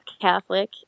Catholic